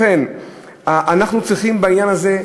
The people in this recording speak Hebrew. לכן, אנחנו צריכים בעניין הזה,